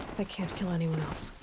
they can't kill anyone else.